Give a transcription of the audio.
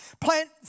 Plant